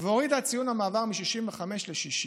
והורידה את ציון המעבר מ-65 ל-60.